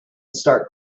start